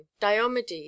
diomedes